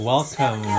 Welcome